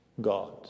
God